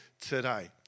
today